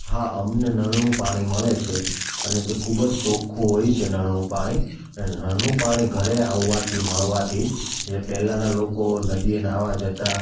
હા અમને નળનું પાણી મળે છે અને તે ખૂબ જ ચોખ્ખું હોય છે નળનું પાણી અને નળનું પાણી ઘરે આવવાથી મળવાથી એ પહેલાના લોકો નદીએ નાવા જતાં